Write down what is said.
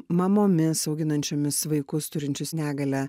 mamomis auginančiomis vaikus turinčius negalią